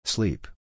Sleep